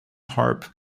harp